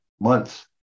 months